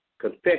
confession